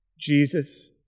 Jesus